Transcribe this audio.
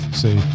see